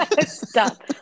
stop